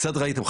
קצת ראיתם,